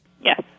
Yes